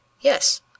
yes